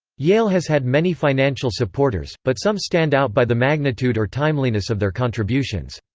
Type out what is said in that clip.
yale has had many financial supporters, but some stand out by the magnitude or timeliness of their contributions.